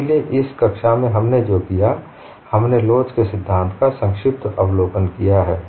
इसलिए इस कक्षा में हमने जो किया है हमने लोच के सिद्धांत का संक्षिप्त अवलोकन किया है